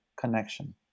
connection